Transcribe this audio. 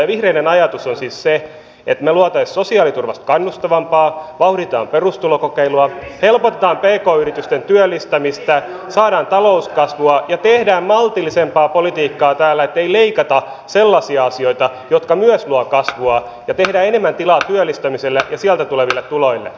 vihreiden ajatus on siis että luotaisiin sosiaaliturvasta kannustavampaa vauhditettaisiin perustulokokeilua helpotetaan pk yritysten työllistymistä saadaan talouskasvua ja tehdään maltillisempaa politiikkaa täällä ei leikata sellaisista asioista jotka myös luovat kasvua ja tehdään enemmän tilaa työllistämiselle ja sieltä tuleville tuloille